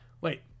wait